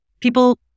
people